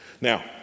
Now